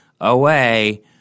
away